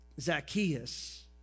Zacchaeus